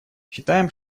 считаем